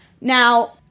Now